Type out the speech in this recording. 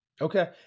Okay